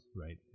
right